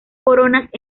coronas